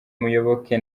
muyoboke